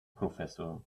professor